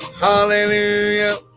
Hallelujah